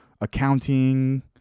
accounting